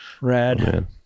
Rad